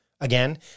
Again